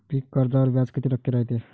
पीक कर्जावर व्याज किती टक्के रायते?